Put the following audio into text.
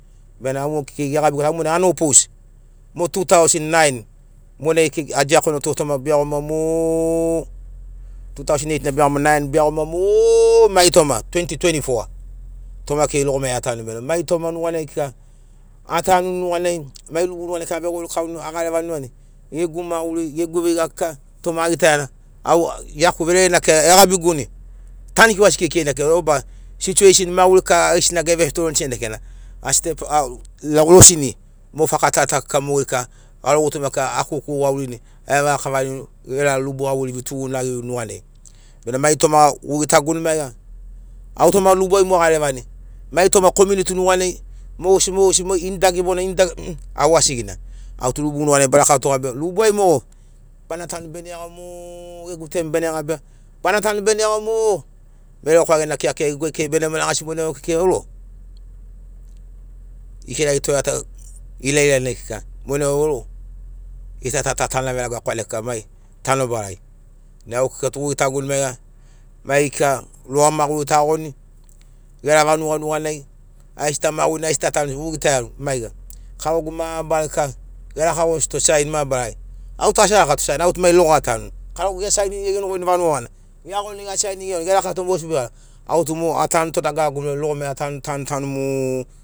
Bena au mo kekei gegabiguto au mo nai aiposto mo two thousand nine monai kekei adiakonoto iagoma mo two thousand eight be iagoma two thousand nine na be iagoma mo mai toma twenty twenty four toma kekei logo mai atanuni bena mai toma nuganai kika atanuni nuganai mai rubu nuganai kika avegorikauni agarevani nuganai gegu maguri gegu veiga kika toma agitaiani au iaku vererena kekeina egabiguni tanikiu asi keikeina kekei o ba situashen maguri kika aigesina gevetoreni senagina mo faka ta ta kika mogeri kia garo gutuma kia a koukou iagirini avevaga kavani ger rubu gauveiri vetugunagi nuganai bena mai toma gugitaguni maiga au toma rubuai mo agarevani mai toma komiuniti nuganai mogesi mogesi ini dagi ini dagi au asigina au tu rubu nuganai barakatoga be rubuai mogo bana tanu bene iago mo veregauka gena keakea gegu ai kekei bene ragasi monai vau kekei vauro gikiragi toreato ilailanai kika mo nai vauro gita tata tanaveragakwne kika mai tanobarai nai au kika goi gitaguni maiga rogoamaguritagoni gera vanuga nuganai aigesina ta magurini aigesi tatanuni gugitaiani maiga karogu mabarari kika gerkagosito saini mabarari au tu asi arakato saini au mai rogo atanuni karogu gesainini gegenogoini vanuga gana geiagoni gesainini gerakato mosibi gana au tu mo atanuto dagaragu be rogo mai atanuto mo maiga